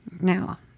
now